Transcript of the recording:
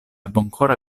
bonkora